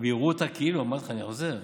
יראו אותה כאילו, אמרתי לך, אני חוזר,